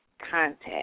contact